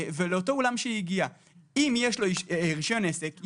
אם לאותו אולם שהיא הגיעה יש רישיון עסק,